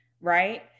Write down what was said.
right